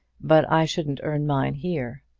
but i shouldn't earn mine here.